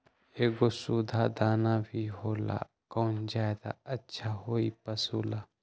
एगो सुधा दाना भी होला कौन ज्यादा अच्छा होई पशु ला?